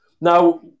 now